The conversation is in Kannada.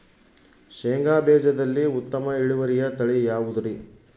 ಶೇಂಗಾ ಬೇಜದಲ್ಲಿ ಉತ್ತಮ ಇಳುವರಿಯ ತಳಿ ಯಾವುದುರಿ?